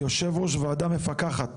כיושב ראש ועדה מפקחת,